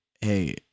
hey